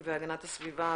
הסביבה,